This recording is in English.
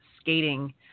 skating